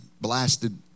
blasted